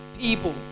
people